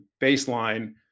baseline